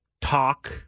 talk